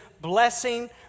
blessing